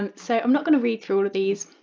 um so i'm not going to read through all of these,